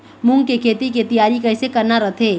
मूंग के खेती के तियारी कइसे करना रथे?